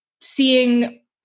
seeing